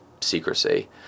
secrecy